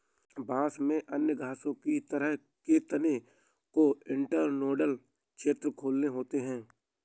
बांस में अन्य घासों की तरह के तने के इंटरनोडल क्षेत्र खोखले होते हैं